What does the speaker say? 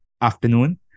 afternoon